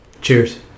Cheers